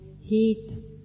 heat